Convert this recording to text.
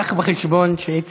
זה לא הבדל מעמדות,